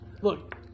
Look